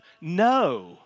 no